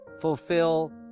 fulfill